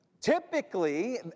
Typically